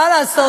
מה לעשות.